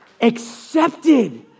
Accepted